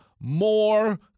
more